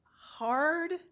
hard